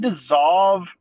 dissolve